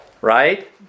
Right